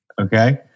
Okay